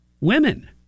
women